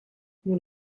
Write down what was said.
one